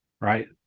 right